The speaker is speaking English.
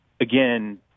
Again